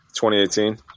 2018